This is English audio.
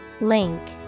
Link